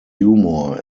humour